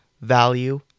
value